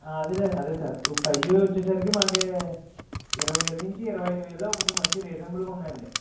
అదే అదే sir five G వచ్చేసరికి మనకి ఇరవై వేలు నుంచి ఇరవై ఐదు వేలలో కొంచెం మంచిగా రీజనబుల్గా ఉన్నాయండి